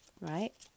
right